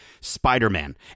Spider-Man